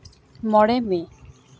ᱢᱚᱬᱮ ᱢᱮ